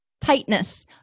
tightness